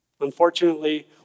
Unfortunately